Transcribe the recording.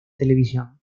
televisión